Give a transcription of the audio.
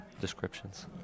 descriptions